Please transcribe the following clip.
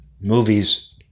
movies